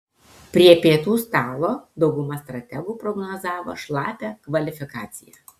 prie pietų stalo dauguma strategų prognozavo šlapią kvalifikaciją